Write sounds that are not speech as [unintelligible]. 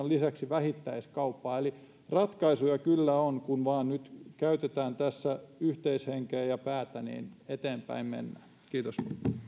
[unintelligible] lisäksi vähittäiskauppaa eli ratkaisuja kyllä on ja kun vain nyt käytetään tässä yhteishenkeä ja päätä niin eteenpäin mennään kiitos